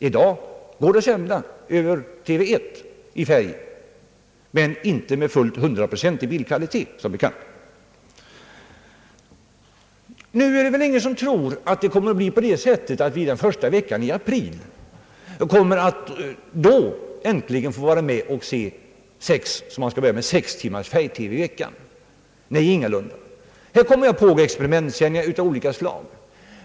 I dag går det att sända färgtelevision över program 1, men inte med fullt hundraprocentig bildkvalitet, som bekant. Det är väl ingen som tror att vi redan första veckan i april 1970 äntligen kommer att få se sex timmars färgtelevision i veckan, som man skall börja med. Nej, ingalunda! Det kommer att pågå experimentsändningar av olika slag.